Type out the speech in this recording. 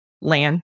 land